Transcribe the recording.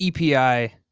EPI